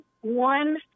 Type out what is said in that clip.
one